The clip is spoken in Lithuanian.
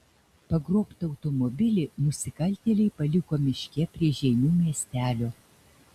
pagrobtą automobilį nusikaltėliai paliko miške prie žeimių miestelio